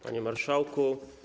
Panie Marszałku!